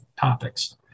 topics